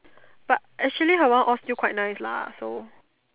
but actually her one all still quite nice lah so